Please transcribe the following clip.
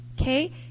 okay